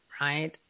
right